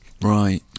Right